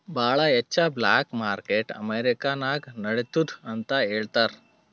ಭಾಳ ಹೆಚ್ಚ black market America ನಾಗ್ ನಡಿತ್ತುದ್ ಅಂತ್ ಹೇಳ್ತಾರ್